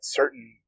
certain